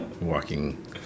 walking